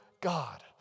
God